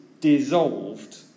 dissolved